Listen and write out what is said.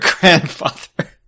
grandfather